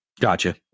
Gotcha